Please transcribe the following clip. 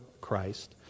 Christ